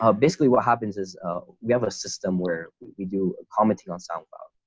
ah basically what happens is we have a system where we do commenting on soundcloud